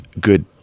good